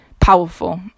powerful